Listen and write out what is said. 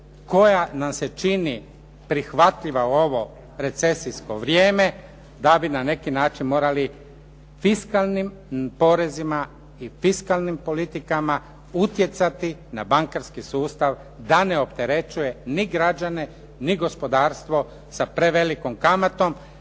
koja nam se čini prihvatljiva u ovo recesijsko vrijeme, da bi na neki način morali fiskalnim porezima i fiskalnim politikama utjecati na bankarski sustav da ne opterećuje ni građane, ni gospodarstvo sa prevelikom kamatom